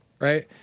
right